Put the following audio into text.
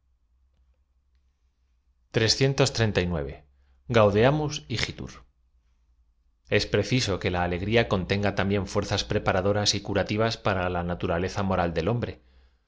r es preciso que la alegria contenga también faerzat preparadoras y curativas para la naturaleza moral del hombre